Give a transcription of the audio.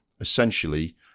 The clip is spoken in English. essentially